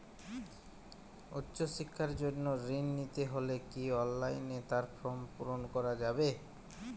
উচ্চশিক্ষার জন্য ঋণ নিতে হলে কি অনলাইনে তার ফর্ম পূরণ করা যাবে?